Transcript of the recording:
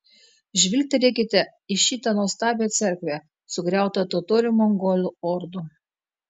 žvilgtelėkite į šitą nuostabią cerkvę sugriautą totorių mongolų ordų